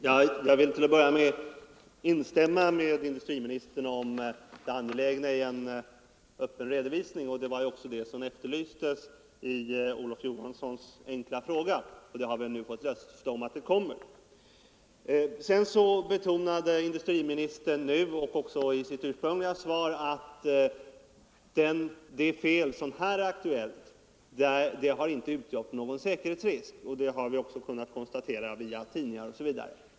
Herr talman! Jag vill till att börja med instämma med industriministern i vad gäller det angelägna i en öppen redovisning. Det var en sådan som efterlystes i herr Olof Johanssons i Stockholm enkla fråga, och vi har nu fått löfte om att en dylik redovisning skall komma. Industriministern betonade både nu och i sitt svar att det fel som här är aktuellt inte har utgjort någon säkerhetsrisk, och det har vi också kunnat konstatera via tidningar osv.